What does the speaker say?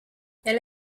elle